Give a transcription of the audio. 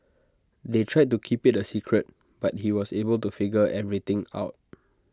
they tried to keep IT A secret but he was able to figure everything out